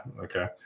okay